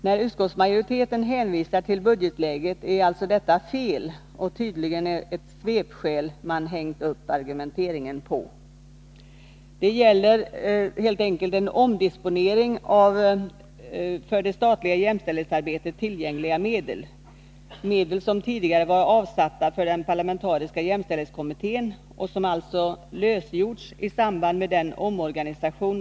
När utskottsmajoriteten hänvisar till budgetläget är detta alltså fel och tydligen ett svepskäl som man Nr 108 hängt upp argumenteringen på. Det gäller helt enkelt en omdisponering av Torsdagen den för det statliga jämställdhetsarbetet tillgängliga medel, som tidigare var 24 mars 1983 avsatta för den parlamentariska jämställdhetskommittén och som alltså redovisas i budgetpropositionen.